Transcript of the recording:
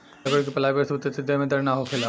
लकड़ी के पलाई पर सुते से देह में दर्द ना होखेला